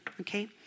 okay